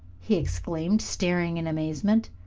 he exclaimed, starting in amazement.